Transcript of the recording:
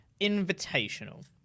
invitational